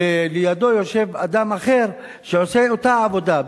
ולידו יושב אדם אחר שעושה אותה עבודה,